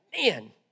man